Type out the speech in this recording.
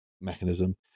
mechanism